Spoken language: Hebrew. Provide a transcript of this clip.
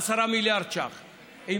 10 מיליארד שקלים,